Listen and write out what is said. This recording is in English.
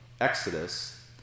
Exodus